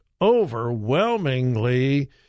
overwhelmingly